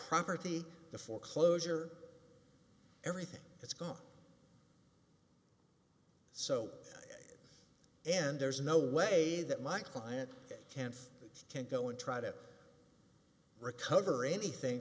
property the foreclosure everything it's gone so and there's no way that my client can't can't go and try to recover anything